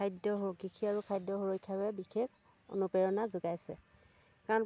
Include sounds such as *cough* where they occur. খাদ্য় *unintelligible* কৃষি আৰু খাদ্য় সুৰক্ষাৰ বাবে বিশেষ অনুপ্ৰেৰণা যোগাইছে কাৰণ